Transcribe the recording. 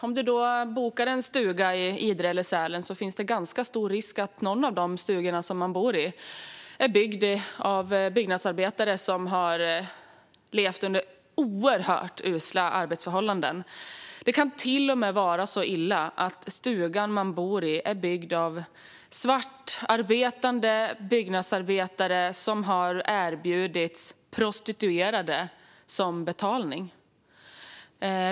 Om man bokar en stuga i Idre eller Sälen är risken tyvärr ganska stor att den är byggd av byggnadsarbetare som levt under oerhört usla arbetsförhållanden. Det kan till och med vara så illa att stugan man bor i är byggd av svartarbetande byggnadsarbetare som erbjudits prostituerade som betalning.